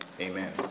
amen